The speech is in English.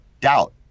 doubt